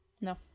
No